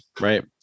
right